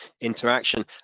interaction